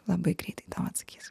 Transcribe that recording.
labai greitai tau atsakys